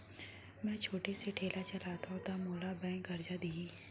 मैं छोटे से ठेला चलाथव त का मोला बैंक करजा दिही?